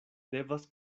devas